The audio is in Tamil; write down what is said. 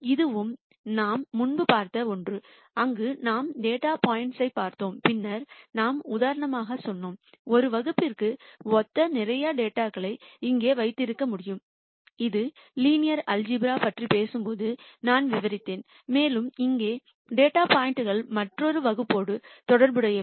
இதுவும் நாம் முன்பு பார்த்த ஒன்று அங்கு நாம் டேட்டா பாயிண்ட்களைப் பார்த்தோம் பின்னர் நாம் உதாரணமாகச் சொன்னோம் ஒரு வகுப்பிற்கு ஒத்த நிறைய டேட்டா களை இங்கே வைத்திருக்க முடியும் இது லீனியர் ஆல்சீப்ரா பற்றி பேசும்போது நான் விவரித்தேன் மேலும் இங்கே டேட்டா பாயிண்ட்கள் மற்றொரு வகுப்போடு தொடர்புடையவை